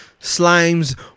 Slimes